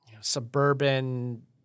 suburban